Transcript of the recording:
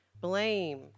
blame